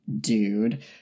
dude